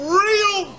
real